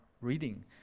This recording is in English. reading